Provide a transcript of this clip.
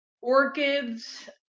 Orchids